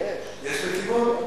יש בטבעון?